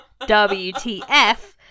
WTF